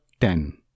ten